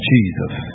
Jesus